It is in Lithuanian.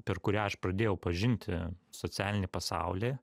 per kurią aš pradėjau pažinti socialinį pasaulį